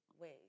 ways